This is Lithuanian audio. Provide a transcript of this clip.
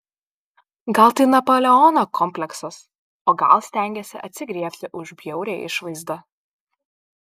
gal tai napoleono kompleksas o gal stengiasi atsigriebti už bjaurią išvaizdą